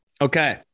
Okay